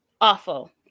Awful